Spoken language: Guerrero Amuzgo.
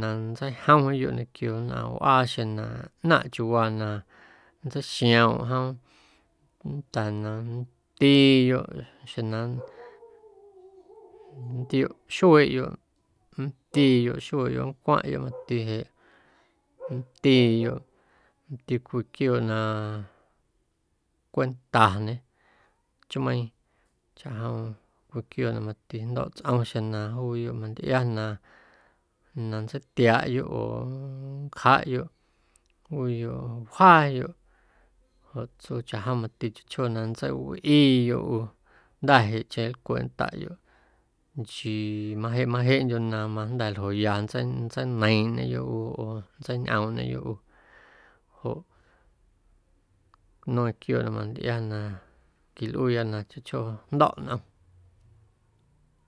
na nntseijoomyoꞌ quio nnꞌaⁿ wꞌaa xeⁿ na ꞌnaⁿꞌ chiuuwaa na nntseixiomꞌ jom nnda̱a̱ na nndiiyoꞌ xeⁿ na nntioꞌ xueeꞌyoꞌ nndiiyoꞌ xueeꞌyoꞌ nncwaⁿꞌyoꞌ mati jeꞌ nndiyoꞌ mati cwii quiooꞌ na cwentañe chmeiiⁿ chaꞌjom cwii quiooꞌ na mati jndo̱ꞌ tsꞌom xeⁿ na juuyoꞌ mantꞌia na na nntseitiaꞌyoꞌ oo nncjaꞌyoꞌ juuyoꞌ wjaayoꞌ joꞌ tsuu chaꞌjom mati na chjoo chjoo na nntseiwꞌiiyoꞌ ꞌu jnda̱jeꞌcheⁿ nlcweꞌndaꞌyoꞌ nchii majeꞌ majeꞌndyo̱ na majnda̱ ljoya nntsei nntseineiiⁿꞌñeyoꞌ ꞌu oo nntseiñꞌoomꞌñeyoꞌ ꞌu joꞌ nueeⁿ quiooꞌ na mantꞌia na quilꞌuuya na chjoo chjoo jndo̱ꞌ nꞌom.